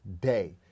day